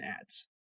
ads